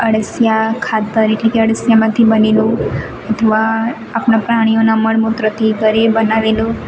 અળસીયા ખાતર એટલે કે અળસીયામાંથી બનેલું અથવા આપણા પ્રાણીઓના મળમૂત્રથી ઘરે બનાવેલું